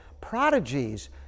prodigies